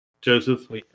Joseph